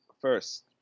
first